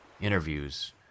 interviews